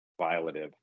violative